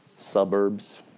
suburbs